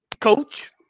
coach